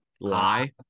Lie